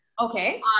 okay